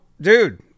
dude